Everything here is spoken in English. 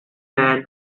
man